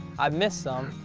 i've missed some.